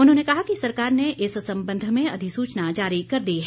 उन्होंने कहा कि सरकार ने इस संबंध में अधिसूचना जारी कर दी है